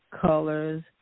colors